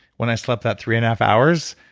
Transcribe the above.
when i slept that three and a half hours,